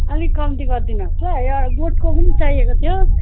अलिक कम्ती गरिदिनुहोस् ल एउटा बटुको पनि चाहिएको थियो